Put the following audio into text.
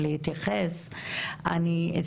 האם זה המצב היום?